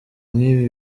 nk’ibi